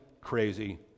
crazy